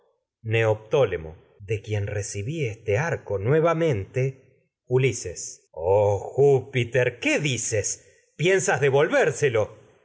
neoptólemo mente de quien recibí este arco nueva ulises vérselo oh júpiter qué dices piensas devol